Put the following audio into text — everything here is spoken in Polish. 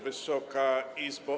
Wysoka Izbo!